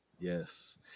yes